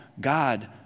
God